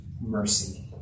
mercy